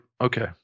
okay